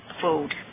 food